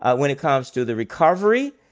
ah when it comes to the recovery,